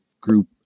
group